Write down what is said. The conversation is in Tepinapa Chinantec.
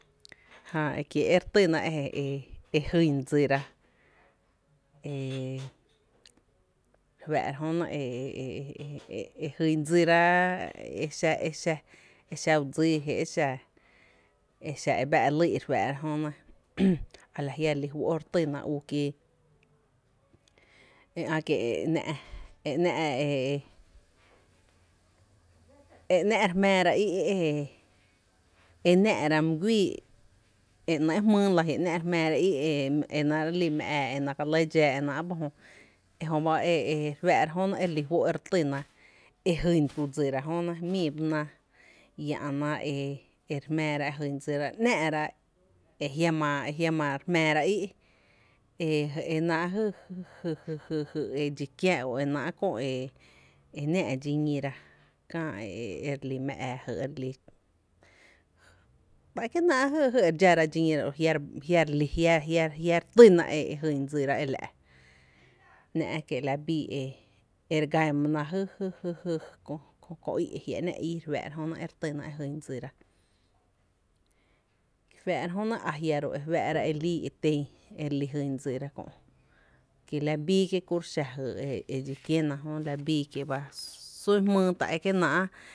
Jää e re týna e kiee’ e jyn dsira ee re fáá’ra jö e e e e e jyn dsira e xa u dsíí’ e bⱥ e lýý’na, a la jia’ re lí fó’ re fⱥⱥ’ ra u jöñe, e e kí ‘ná’ e e e ná’ re jmⱥⱥra í’ e e e e náá’ra my guíí e ‘nɇɇ’ jmýý lⱥ, e jia re jmⱥⱥ ra í’ e náá’ re lí mⱥ ⱥⱥ e náá’ ka lɇ dxaa ba jö e jöba jöba e re fáá’ra e re lí fó’ re ñira e jyn tu dsira, e jiama re jmⱥⱥ ra í’ e náá’ jy jy jy e dxi kiä o e náá’ kö e náá’ dxiñira kö e re lí mⱥ ⱥⱥ o e re li, tá e kie náá’ jy e re dxára dxi ñíra a jia’ a jia’, jia’ re týna e jyn dsira e la’, ‘ná’ kie’ labii e re gana ba jö jy jy jy kö í’ e jia’ ‘ná’ íí e re týna e jyn dsira, e re fáá’ra jö nɇ a jia’ ro’ e ten e jyn dsira kö’ kie la bii kie’ xa jy e dxi kiena jö la biii kie’ ba sún jmýý a e kienáá’.